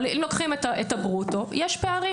אבל אם לוקחים את הברוטו, יש פערים.